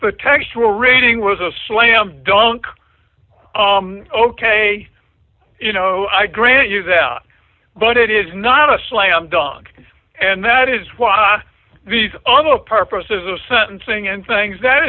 the textural rating was a slam dunk ok you know i grant you that but it is not a slam dunk and that is why these are the purposes of sentencing and things that